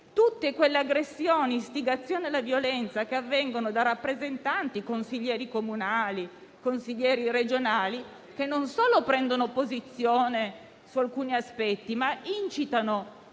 tutte quelle aggressioni e istigazioni alla violenza che avvengono da parte di rappresentanti (consiglieri comunali, consiglieri regionali e così via), che non solo prendono posizione su alcuni aspetti, ma incitano